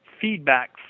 feedback